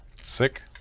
Sick